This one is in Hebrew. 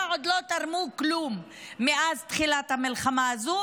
עוד לא תרמו כלום מאז תחילת המלחמה הזאת,